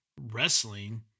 wrestling